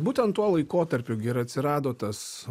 būtent tuo laikotarpiu gi ir atsirado tas